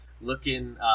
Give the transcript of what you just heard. looking